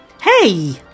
Hey